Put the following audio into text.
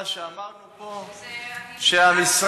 מה שאמרנו פה שהמשרד,